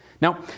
Now